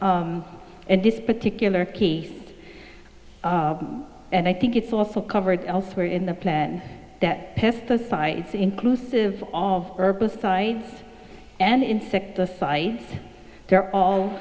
in this particular case and i think it's also covered elsewhere in the plan that pesticides inclusive all verbal side and insecticides they're all